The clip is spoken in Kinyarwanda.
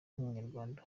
n’umunyarwanda